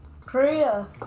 Priya